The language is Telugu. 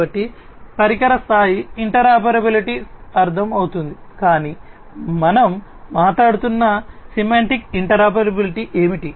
కాబట్టి పరికర స్థాయి ఇంటర్పెరాబిలిటీ అర్థం అవుతుంది కాని మనం మాట్లాడుతున్న సెమాంటిక్ ఇంటర్పెరాబిలిటీ ఏమిటి